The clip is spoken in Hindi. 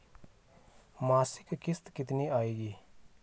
मासिक किश्त कितनी आएगी?